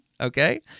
Okay